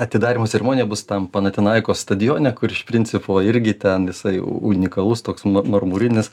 atidarymo ceremonija bus tam panathinaikos stadione kur iš principo irgi ten jisai unikalus toks marmurinis